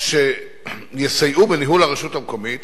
שיסייעו בניהול הרשות המקומית